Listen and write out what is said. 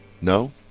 No